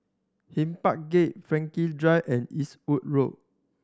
Hyde Park Gate Drive and Eastwood Road